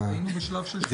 היינו בשלב של שאלות.